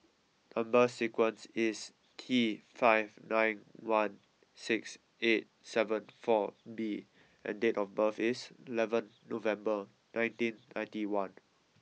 number sequence is T five nine one six eight seven four B and date of birth is eleven November nineteen ninety one